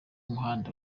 umuhanda